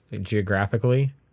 geographically